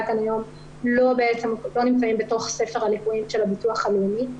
כאן היום לא נמצאות בתוך ספר ה- -- של הביטוח הלאומי.